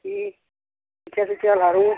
বাকী পিঠা চিঠা লাৰু